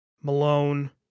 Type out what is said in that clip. Malone